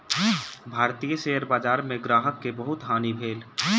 भारतीय शेयर बजार में ग्राहक के बहुत हानि भेल